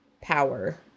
power